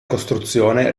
costruzione